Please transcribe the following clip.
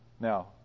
Now